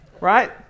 right